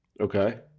Okay